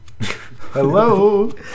Hello